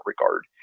regard